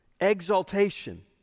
exaltation